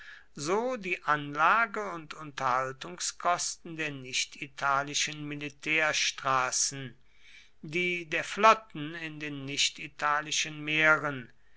so die anlage und unterhaltungskosten der nichtitalischen militärstraßen die der flotten in den nichtitalischen meeren